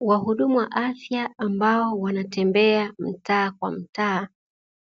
Wahudumu wa afya ambao wanatembea mtaa kwa mtaa